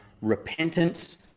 repentance